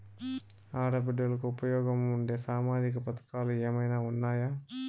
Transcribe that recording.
ఆడ బిడ్డలకు ఉపయోగం ఉండే సామాజిక పథకాలు ఏమైనా ఉన్నాయా?